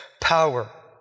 power